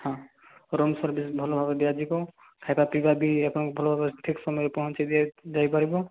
ହଁ room service ଭଲ ଭାବରେ ଦିଆଯିବ ଖାଇବା ପିଇବା ବି ଭଲ ଭାବରେ ଆପଣଙ୍କୁ ଭଲ ଭାବରେ ଠିକ୍ରେ ପହଞ୍ଚା ଯାଇ ପାରିବ